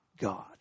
God